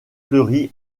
fleurit